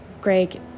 Greg